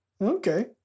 Okay